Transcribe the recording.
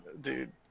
dude